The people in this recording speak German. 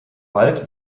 wald